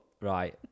right